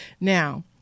now